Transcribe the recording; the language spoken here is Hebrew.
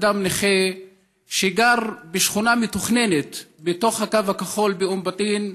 אדם נכה שגר בשכונה מתוכננת בתוך הקו הכחול באום בטין,